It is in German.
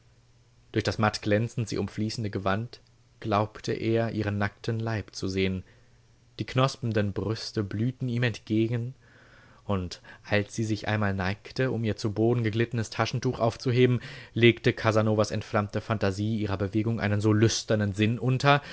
durch das mattglänzend sie umfließende gewand glaubte er ihren nackten leib zu sehen die knospenden brüste blühten ihm entgegen und als sie sich einmal neigte um ihr zu boden geglittenes taschentuch aufzuheben legte casanovas entflammte phantasie ihrer bewegung einen so lüsternen sinn unter